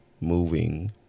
moving